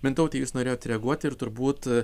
mintaute jūs norėjot reaguoti ir turbūt